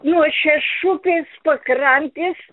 nuo šešupės pakrantės